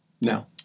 Now